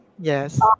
yes